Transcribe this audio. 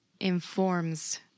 informs